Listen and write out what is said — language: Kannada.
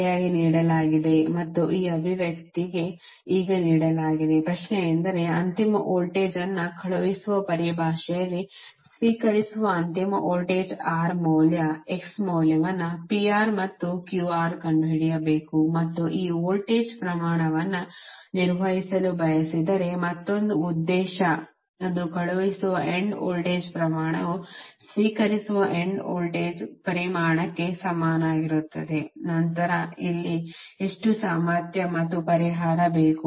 ಸರಿಯಾಗಿ ನೀಡಲಾಗಿದೆ ಮತ್ತು ಈ ಅಭಿವ್ಯಕ್ತಿಗೆ ಈಗ ನೀಡಲಾಗಿದೆ ಪ್ರಶ್ನೆಯೆಂದರೆ ಅಂತಿಮ ವೋಲ್ಟೇಜ್ ಅನ್ನು ಕಳುಹಿಸುವ ಪರಿಭಾಷೆಯಲ್ಲಿ ಸ್ವೀಕರಿಸುವ ಅಂತಿಮ ವೋಲ್ಟೇಜ್ R ಮೌಲ್ಯ X ಮೌಲ್ಯವನ್ನು ಕಂಡುಹಿಡಿಯಬೇಕು ಮತ್ತು ಈ ವೋಲ್ಟೇಜ್ ಪ್ರಮಾಣವನ್ನು ನಿರ್ವಹಿಸಲು ಬಯಸಿದರೆ ಮತ್ತೊಂದು ಉದ್ದೇಶ ಅದು ಕಳುಹಿಸುವ ಎಂಡ್ ವೋಲ್ಟೇಜ್ ಪ್ರಮಾಣವು ಸ್ವೀಕರಿಸುವ ಎಂಡ್ ವೋಲ್ಟೇಜ್ ಪರಿಮಾಣಕ್ಕೆ ಸಮಾನವಾಗಿರುತ್ತದೆ ನಂತರ ಇಲ್ಲಿ ಎಷ್ಟು ಸಾಮರ್ಥ್ಯ ಪರಿಹಾರ ಬೇಕು